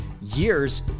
years